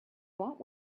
want